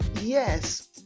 yes